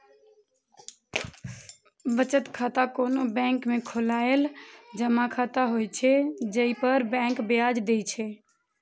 बचत खाता कोनो बैंक में खोलाएल जमा खाता होइ छै, जइ पर बैंक ब्याज दै छै